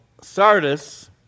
Sardis